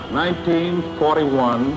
1941